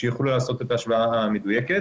שיוכלו לעשות את ההשוואה המדויקת.